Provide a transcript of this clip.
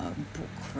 book